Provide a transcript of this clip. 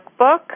Workbook